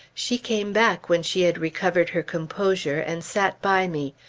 she came back when she had recovered her composure, and sat by me.